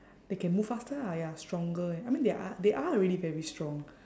they can move faster ah ya stronger I mean they are they are already very strong